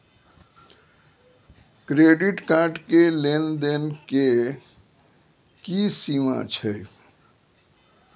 Credit card के लेन देन के की सीमा छै?